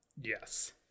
Yes